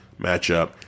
Matchup